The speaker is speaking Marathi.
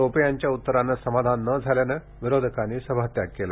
टोपे यांच्या उत्तराने समाधान नं झाल्यानं विरोधकांनी सभात्याग केला